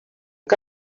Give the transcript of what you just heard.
que